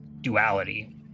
duality